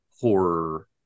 horror